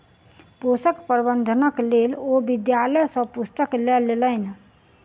पोषक प्रबंधनक लेल ओ विद्यालय सॅ पुस्तक लय लेलैन